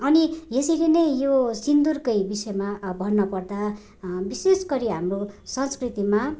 अनि यसरी नै यो सिन्दूरकै विषयमा भन्नु पर्दा विशेष गरी हाम्रो संस्कृतिमा